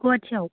गुवाहाटीयाव